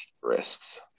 risks